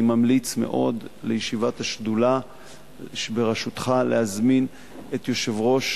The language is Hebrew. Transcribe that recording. ואני ממליץ מאוד לישיבת השדולה שבראשותך להזמין את יושב-ראש